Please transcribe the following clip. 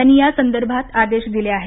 यांनी या संदर्भात आदेश दिले आहेत